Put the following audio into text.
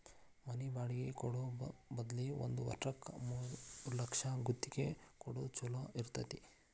ಮನಿ ಬಾಡ್ಗಿ ಕೊಡೊ ಬದ್ಲಿ ಒಂದ್ ವರ್ಷಕ್ಕ ಮೂರ್ಲಕ್ಷಕ್ಕ ಗುತ್ತಿಗಿ ಕೊಡೊದ್ ಛೊಲೊ ಇರ್ತೆತಿ